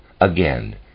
again